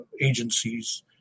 agencies